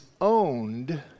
owned